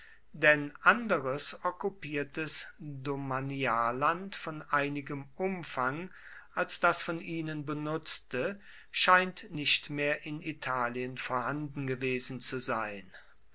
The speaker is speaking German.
denn anderes okkupiertes domanialland von einigem umfang als das von ihnen benutzte scheint nicht mehr in italien vorhanden gewesen zu sein